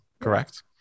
Correct